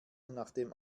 nachdem